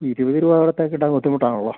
ഇരുപതിന് ഒക്കെ കിട്ടാൻ ബുദ്ധിമുട്ടാണല്ലോ